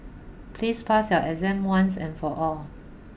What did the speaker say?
please pass your exam once and for all